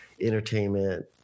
entertainment